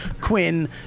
Quinn